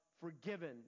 forgiven